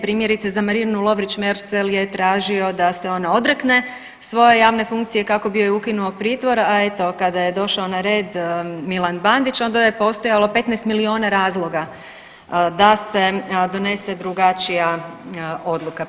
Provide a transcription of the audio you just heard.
Primjerice za Marinu Lovrić Merzel je tražio da se ona odrekne svoje javne funkcije kako bi joj ukinuo pritvor, a eto kada je došao na red Milan Bandić onda je postojalo 15 milijuna razloga da se donese drugačija odluka.